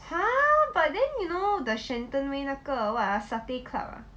!huh! but then you know the shenton way 那个 what ah satay club ah